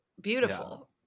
beautiful